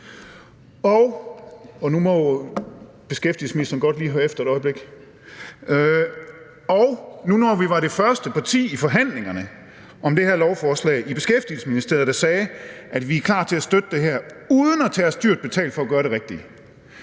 nu må beskæftigelsesministeren godt lige høre efter et øjeblik – og nu, når vi var det første parti i forhandlingerne om det her lovforslag i Beskæftigelsesministeriet, der sagde, at vi er klar til at støtte det her uden at tage os dyrt betalt for at gøre det rigtige,